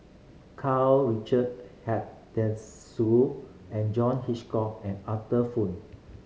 Karl Richard Hanitsch and John Hitchcock and Arthur Fong